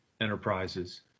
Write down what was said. enterprises